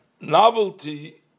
novelty